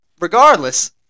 regardless